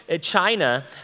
China